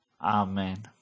Amen